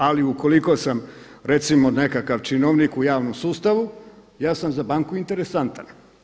Ali ukoliko sam recimo nekakav činovnik u javnom sustavu ja sam za banku interesantan.